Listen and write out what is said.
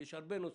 יש הרבה רוצים,